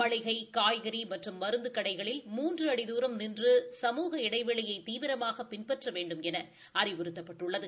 மளிகை காய்கறி மற்றும் மருந்து கடைகளில் மூன்று அடி தூரம் நின்று சமூக இடைவெளியை தீவிரமாக பின்பற்ற வேண்டும் என அறிவுறுத்தப்பட்டுள்ளது